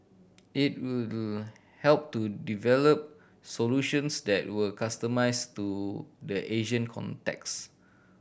it will help to develop solutions that were customised to the Asian context